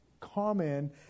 common